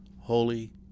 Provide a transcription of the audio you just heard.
Holy